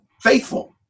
faithful